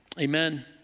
Amen